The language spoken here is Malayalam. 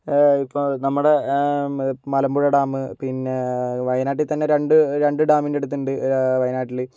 ഇപ്പോൾ നമ്മുടെ മലമ്പുഴ ഡാം പിന്നെ വയനാട്ടിൽ തന്നെ രണ്ട് രണ്ട് ഡാമിനടുത്തുണ്ട് വയനാട്ടിൽ